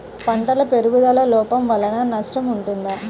పంటల పెరుగుదల లోపం వలన నష్టము ఉంటుందా?